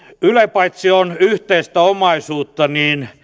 paitsi että yle on yhteistä omaisuutta niin